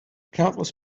countless